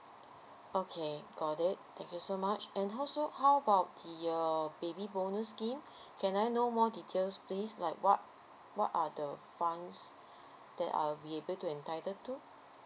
okay got it thank you so much and how so how about the uh baby bonus scheme can I know more details please like what what are the funds that I'll be able to entitled to